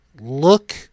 look